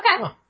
Okay